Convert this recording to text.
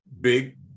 big